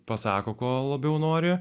pasako ko labiau nori